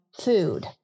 food